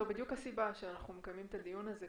זאת בדיוק הסיבה שאנחנו מקיימים את הדיון הזה,